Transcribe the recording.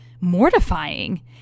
mortifying